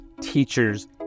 teachers